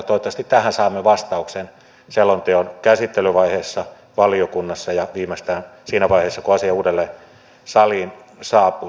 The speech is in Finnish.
toivottavasti tähän saamme vastauksen selonteon käsittelyvaiheessa valiokunnassa ja viimeistään siinä vaiheessa kun asia uudelleen saliin saapuu